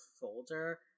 folder